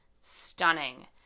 stunning